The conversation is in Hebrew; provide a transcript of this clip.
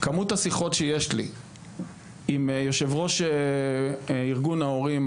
כמות השיחות שיש לי עם יושב-ראש ארגון ההורים,